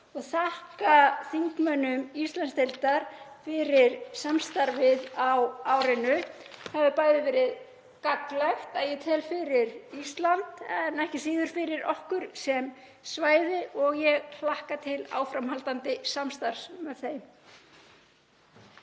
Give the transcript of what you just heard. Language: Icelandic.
og þakka þingmönnum Íslandsdeildar fyrir samstarfið á árinu. Það hefur bæði verið gagnlegt, að ég tel, fyrir Ísland en ekki síður fyrir okkur sem svæði og ég hlakka til áframhaldandi samstarfs með þeim.